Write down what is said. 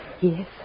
Yes